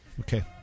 Okay